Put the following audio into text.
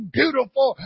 beautiful